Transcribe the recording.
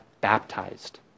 baptized